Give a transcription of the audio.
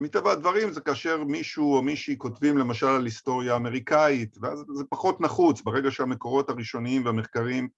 ‫מטבע הדברים זה כאשר מישהו או מישהי ‫כותבים למשל על היסטוריה האמריקאית, ‫ואז זה פחות נחוץ, ‫ברגע שהמקורות הראשוניים והמחקרים...